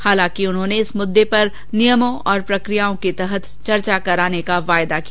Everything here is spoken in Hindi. हालांकि उन्होंने इस मुद्दे पर नियमों और प्रक्रियाओं के तहत चर्चा कराने का वायदा किया